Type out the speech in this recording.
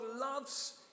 loves